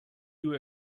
you